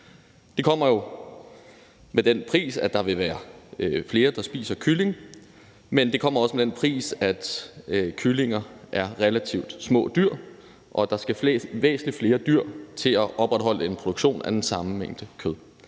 Det kommer med den pris, at der vil være flere, der spiser kylling. Men det kommer også med den pris, at kyllinger er relativt små dyr, og at der skal væsentlig flere dyr til at opretholde en produktion af den samme mængde kød.